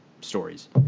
stories